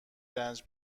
رنج